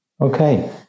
Okay